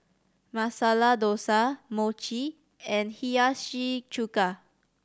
Masala Dosa Mochi and Hiyashi Chuka